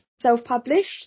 self-published